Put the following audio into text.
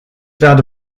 werde